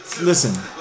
listen